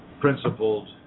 principled